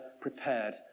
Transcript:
prepared